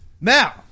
Now